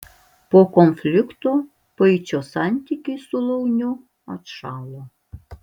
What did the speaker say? po konflikto paičio santykiai su luiniu atšalo